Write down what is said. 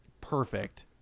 perfect